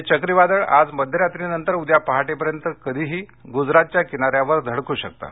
हे चक्रीवादळ आज मध्यरात्रीनंतर उद्या पहाटेपर्यंत कधीही गुजरातच्या किनाऱ्यावर धडकू शकतं